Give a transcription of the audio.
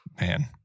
Man